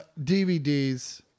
DVDs